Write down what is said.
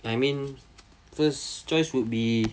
I mean first choice would be